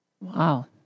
Wow